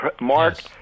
Mark